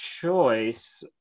choice